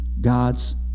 God's